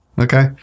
okay